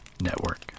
Network